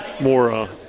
more